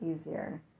easier